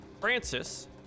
Francis